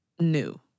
new